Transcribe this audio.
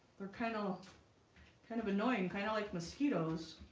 they're kind of kind of annoying kind of like mosquitoes